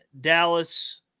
Dallas